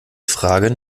fragen